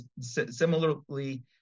similarly